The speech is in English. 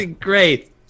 Great